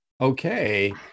okay